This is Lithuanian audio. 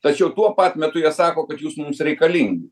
tačiau tuo pat metu jie sako kad jūs mums reikalingi